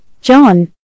John